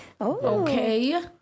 okay